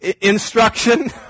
instruction